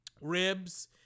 ribs